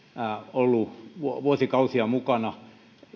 ollut vuosikausia mukana